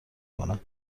کنم